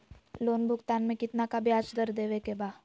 Loan भुगतान में कितना का ब्याज दर देवें के बा?